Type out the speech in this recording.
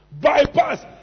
bypass